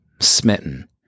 smitten